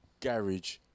garage